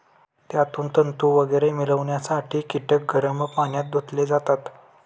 त्यातून तंतू वगैरे मिळवण्यासाठी कीटक गरम पाण्यात धुतले जातात